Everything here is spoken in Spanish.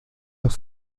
los